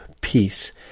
peace